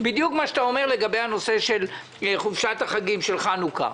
בדיוק מה שאתה אומר לנושא חופשת החגים של חנוכה.